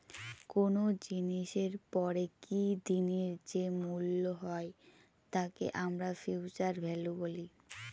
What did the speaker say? কোনো জিনিসের পরে কি দিনের যে মূল্য হয় তাকে আমরা ফিউচার ভ্যালু বলি